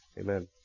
Amen